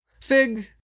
Fig